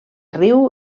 riu